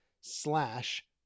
slash